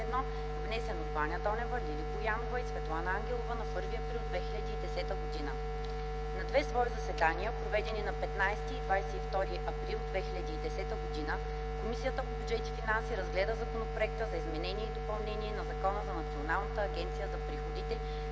внесен от Ваня Донева, Лили Боянова и Светлана Ангелова на 1 април 2010 г. На две свои заседания, проведени на 15 и 22 април 2010 г., Комисията по бюджет и финанси разгледа Законопроекта за изменение и допълнение на Закона за Националната агенция за приходите,